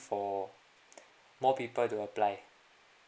for more people to apply